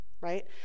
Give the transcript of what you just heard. Right